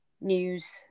news